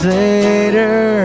later